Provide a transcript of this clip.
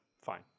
fine